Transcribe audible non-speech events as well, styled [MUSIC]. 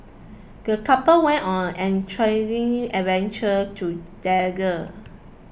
the couple went on an [UNINTELLIGIBLE] adventure together